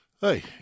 Hey